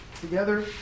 Together